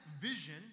vision